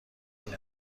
گرین